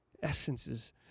essences